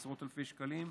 עשרות אלפי שקלים,